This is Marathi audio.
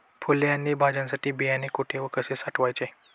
फुले आणि भाज्यांसाठी बियाणे कुठे व कसे साठवायचे?